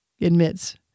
admits